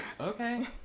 okay